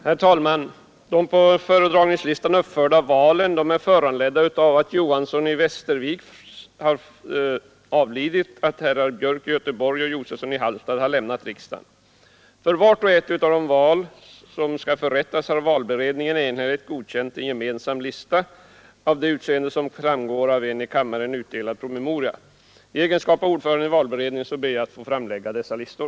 Herr talman! De på föredragningslistan uppförda valen är föranledda av att herr Johanson i Västervik avlidit samt att herrar Björk i Göteborg och Josefsson i Halmstad lämnat riksdagen. För vart och ett av valen har valberedningen enhålligt godkänt en gemensam lista av det utseende som framgår av en i kammaren utdelad promemoria. I egenskap av ordförande i valberedningen ber jag att få framlägga dessa listor.